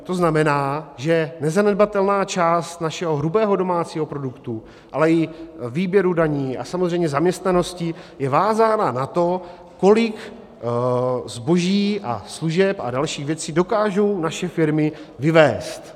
To znamená, že nezanedbatelná část našeho hrubého domácího produktu, ale i výběru daní a samozřejmě zaměstnanosti je vázána na to, kolik zboží a služeb a dalších věcí dokážou naše firmy vyvézt.